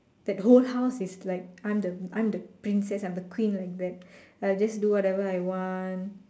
that whole house is like I'm the I'm the princess I'm the queen like that I'll just do whatever I want